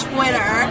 Twitter